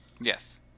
Yes